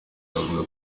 avuga